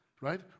right